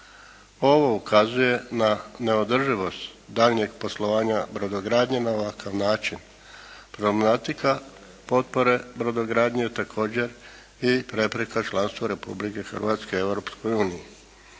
Ovo ukazuje na neodrživost daljnjeg poslovanja brodogradnje na ovakav način. Problematika potpore brodogradnje također i prepreka članstva Republike Hrvatske